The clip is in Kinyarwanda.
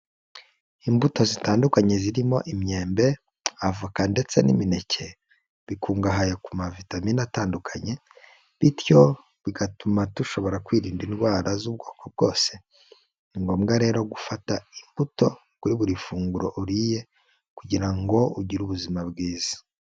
Imbuto zitandukanye zirimo imyembe, avoka ndetse n'imineke bikungahaye ku mavitamine atandukanye bityo bigatuma dushobora kwirinda indwara z'ubwoko bwose, ni ngombwa rero gufata imbuto kuri buri funguro uriye kugira ngo ugire ubuzima bwiza.